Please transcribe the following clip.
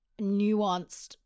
nuanced